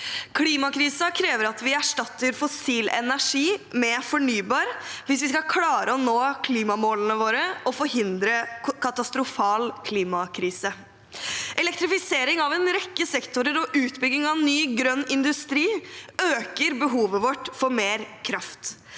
Klimakrisen krever at vi erstatter fossil energi med fornybar energi hvis vi skal klare å nå klimamålene våre og forhindre en katastrofal klimakrise. Elektrifisering av en rekke sektorer og utbygging av ny grønn industri øker behovet vårt for mer kraft.